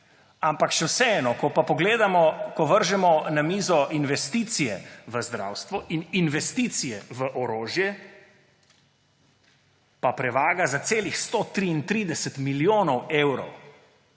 Ampak še vseeno, ko pa vržemo na mizo investicije v zdravstvo in investicije v orožje, prevaga za celih 133 milijonov evrov